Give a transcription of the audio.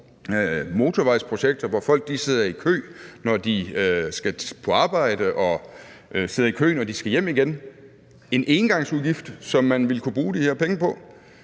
motorvejsprojekter, hvor folk sidder i kø, når de skal på arbejde, og sidder i kø, når de skal hjem igen, en engangsudgift, som man ville kunne bruge de her penge på.